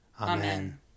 Amen